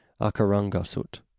Akarangasut